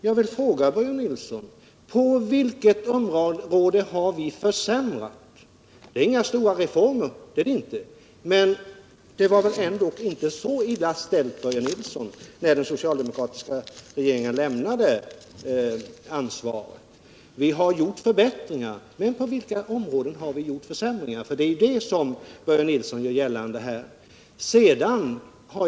Jag vill fråga Börje Nilsson: På vilket område har vi vidtagit åtgärder som medfört försämringar? Det är i och för sig riktigt att det inte förekommit några stora reformer, men det var väl ändå inte så illa ställt när den socialdemokratiska regeringen lämnade ansvaret. Det har skett förbättringar. Men på vilka områden har det, som Börje Nilsson här gör gällande, skett försämringar?